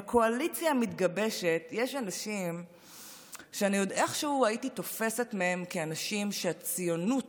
בקואליציה המתגבשת יש אנשים שעוד איכשהו הייתי תופסת מהם אנשים שהציונות